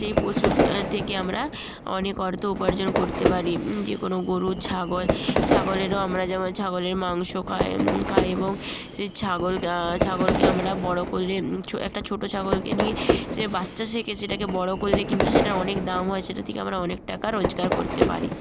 সেই পশুর থেকে আমরা অনেক অর্থ উপার্জন করতে পারি যে কোনো গরু ছাগল ছাগলেরও আমরা যেমন ছাগলের মাংস খাই খাই এবং সেই ছাগলকে ছাগলকে আমরা বড়ো করে ছো একটা ছোটো ছাগলকে নিয়ে সে বাচ্চা থেকে সেটাকে বড়ো করলে কিন্তু সেটার অনেক দাম হয় সেটা থেকে আমরা অনেক টাকা রোজগার করতে পারি